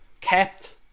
kept